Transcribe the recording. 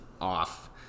off